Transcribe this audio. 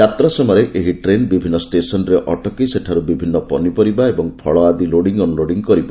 ଯାତ୍ରା ସମୟରେ ଏହି ଟ୍ରେନ୍ ବିଭିନ୍ନ ଷ୍ଟେସନ୍ରେ ଅଟକି ସେଠାରୁ ବିଭିନ୍ନ ପରିପରିବା ଓ ଫଳ ଆଦି ଲୋଡ଼ିଂ ଅନ୍ଲୋଡ଼ିଂ କରିବ